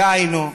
דהיינו,